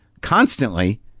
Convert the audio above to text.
constantly